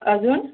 अजून